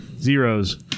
Zeros